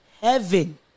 heaven